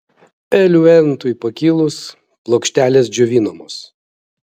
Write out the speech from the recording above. eliuentui pakilus plokštelės džiovinamos